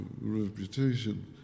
reputation